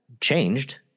changed